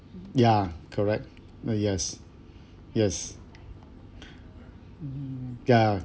ya correct yes yes ah